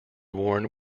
worn